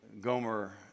Gomer